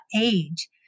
age